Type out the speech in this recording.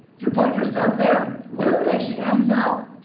you're putting your stuff there. where it but actually ends up,